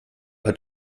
hat